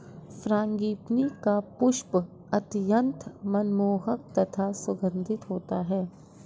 frangipani का पुष्प अत्यंत मनमोहक तथा सुगंधित होता है